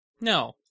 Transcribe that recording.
No